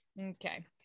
Okay